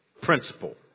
principle